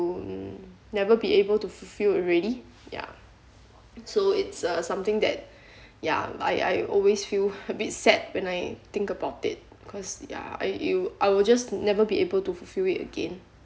will never be able to fulfilled already ya so it's uh something that ya I I always feel a bit sad when I think about it cause ya I will I will just never be able to fulfil it again